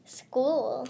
school